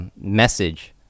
message